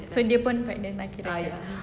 so dia pun pregnant lah